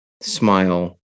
Smile